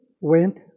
went